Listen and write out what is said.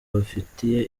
bafitiye